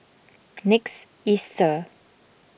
next Easter